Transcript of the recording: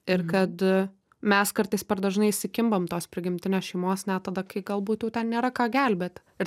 ir kad mes kartais per dažnai įsikimbam tos prigimtinės šeimos net tada kai galbūt jau ten nėra ką gelbėti ir